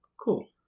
Cool